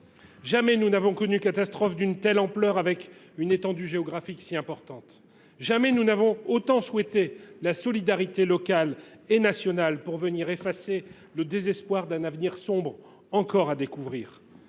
Jamais nous n’avons connu de catastrophe d’une telle ampleur, avec une étendue géographique si importante. Jamais nous n’avons autant souhaité la solidarité locale et nationale pour venir effacer le désespoir d’un avenir sombre, encore à découvrir.